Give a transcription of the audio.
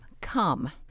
come